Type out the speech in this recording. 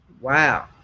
Wow